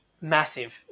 massive